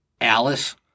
Alice